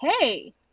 hey